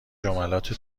جملات